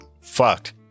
fucked